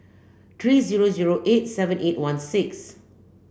three zero zero eight seven eight one six